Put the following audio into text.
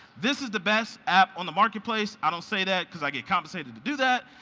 this is the best app on the marketplace. i don't say that because i get compensated to do that,